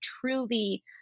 truly